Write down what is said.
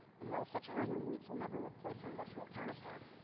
and while such heirloom wheats will never replace their industrial counterpart,